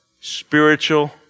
spiritual